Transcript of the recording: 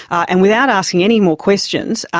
and without asking any more questions,